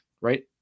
right